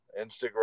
Instagram